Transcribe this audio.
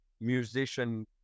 musician